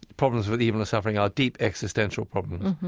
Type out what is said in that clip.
problems with evil and suffering are deep existential problems.